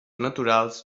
naturals